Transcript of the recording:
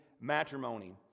matrimony